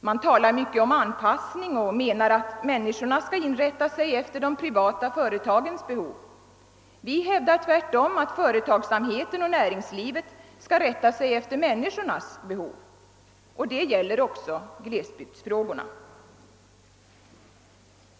Man talar mycket om anpassning och menar att människorna skall inrätta sig efter de privata företagens behov. Vi hävdar tvärtom att företagsamheten och näringslivet skall rätta sig efter människornas behov. Det gäller också glesbygdsfrågorna.